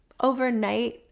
overnight